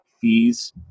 fees